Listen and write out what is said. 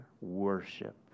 worship